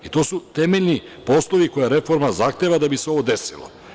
To su temeljni poslovi koje reforma zahteva da bi se ovo desilo.